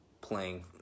Playing